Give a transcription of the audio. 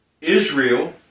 Israel